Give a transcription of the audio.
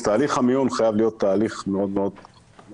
אז תהליך המיון חייב להיות תהליך מאוד חזק